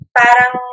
parang